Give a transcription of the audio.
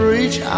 Reach